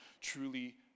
truly